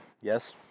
yes